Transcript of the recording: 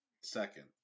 second